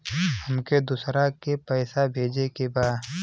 हमके दोसरा के पैसा भेजे के बा?